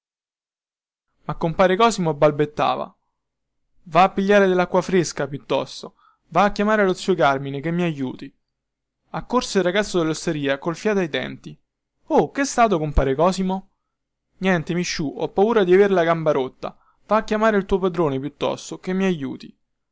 ma compare cosimo balbettava va a pigliare dellacqua fresca piuttosto va a chiamare lo zio carmine che mi aiuti accorse il ragazzo dellosteria col fiato ai denti o chè stato compare cosimo niente misciu ho paura di aver la gamba rotta va a chiamare il tuo padrone piuttosto che mi aiuti